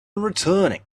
returning